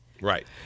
Right